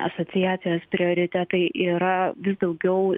asociacijos prioritetai yra vis daugiau